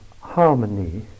harmony